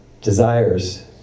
desires